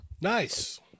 Nice